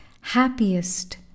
happiest